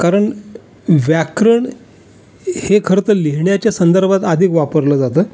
कारण व्याकरण हे खरं तर लिहिण्याच्या संदर्भात अधिक वापरलं जातं